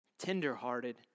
tenderhearted